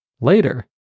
later